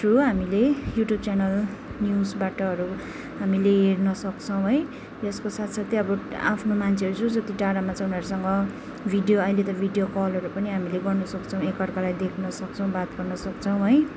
through हामीले YouTube channel न्युजबाटहरू हामीले हेर्न सक्छौँ है यसको साथसाथै अब आफ्नो मान्छेहरू जो जति टाडामा छ उनीहरूसँग भिडियो अहिले त भिडियो कलहरू पनि हामीले गर्नु सक्छौँ एकअर्कालाई देख्न सक्छौँ बात गर्न सक्छौँ है